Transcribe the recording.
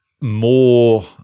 more –